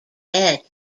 dead